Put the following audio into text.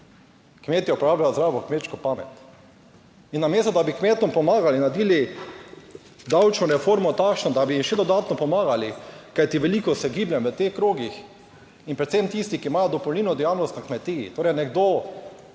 Kmetje uporabljajo zdravo kmečko pamet. In namesto da bi kmetom pomagali, naredili davčno reformo takšno, da bi jim še dodatno pomagali, kajti veliko se gibljem v teh krogih in predvsem tisti, ki imajo dopolnilno dejavnost na kmetiji, torej nekdo,